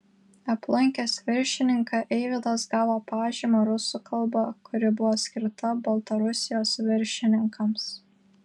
aplankęs viršininką eivydas gavo pažymą rusų kalba kuri buvo skirta baltarusijos viršininkams